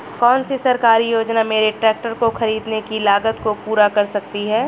कौन सी सरकारी योजना मेरे ट्रैक्टर को ख़रीदने की लागत को पूरा कर सकती है?